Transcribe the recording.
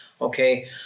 Okay